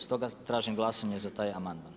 Stoga tražim glasanje za taj amandman.